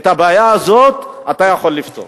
את הבעיה הזאת אתה יכול לפתור.